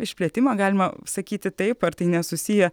išplėtimą galima sakyti taip ar tai nesusiję